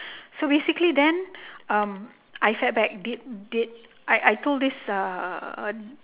so basically then um I feedback I I told this uh